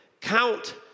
Count